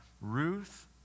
Ruth